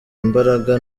imbaraga